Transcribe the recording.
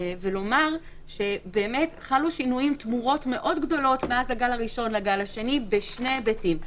חלו שינויים ותמורות מאוד גדולות מאז הגל הראשון לגל השני בשני היבטים.